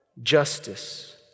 justice